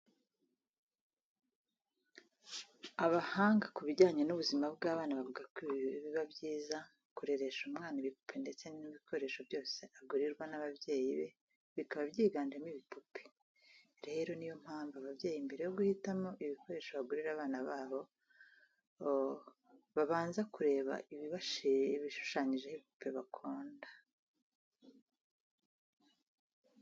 Abahanga ku bijyanye n'ubuzima bw'abana bavuga ko biba byiza kureresha umwana ibipupe ndetse mu bikoresho byose agurirwa n'ababyeyi be bikaba byiganjemo ibipupe. Rero niyo mpamvu ababyeyi mbere yo kuhitamo ibikoresho bagurira abana babo, babanza kureba ibishishanyijeho ibipupe bakunda.